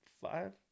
five